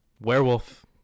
Werewolf